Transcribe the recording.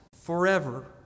forever